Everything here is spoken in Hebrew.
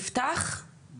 אוקיי יפתח לא